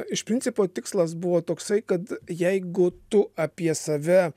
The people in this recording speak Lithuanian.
iš principo tikslas buvo toksai kad jeigu tu apie save